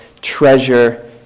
treasure